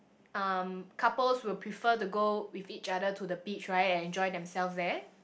um couples would prefer to go with each other to the beach right and enjoy themselves there